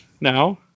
now